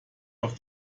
auf